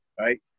right